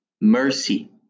Mercy